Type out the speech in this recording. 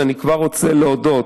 אני כבר רוצה להודות,